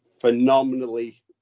phenomenally